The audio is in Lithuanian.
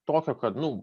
tokio kad nu